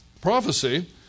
Prophecy